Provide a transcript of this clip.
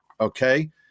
okay